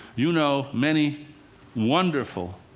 you know many wonderful,